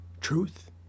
truth